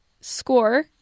score